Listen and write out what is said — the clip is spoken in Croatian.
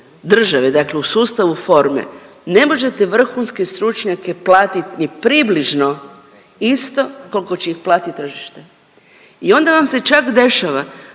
države, dakle u sustavu forme ne možete vrhunske stručnjake platit ni približno isto koliko će ih platiti tržište i onda vam se čak dešava